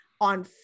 on